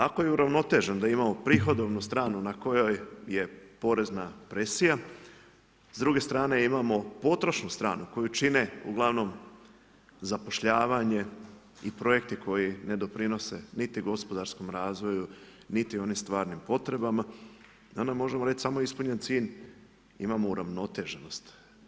Ako je uravnotežen, da imamo prihodovnu stranu, na kojoj je porezna presija, s druge strane imamo potrošnu stranu, koju čine ugl. zapošljavanje i projekti koji ne doprinose niti gospodarskom razvoju, niti onim stvarnim potrebama i onda možemo reći samo je ispunjen cilj, imamo uravnoteženost.